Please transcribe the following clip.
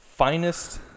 Finest